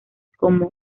como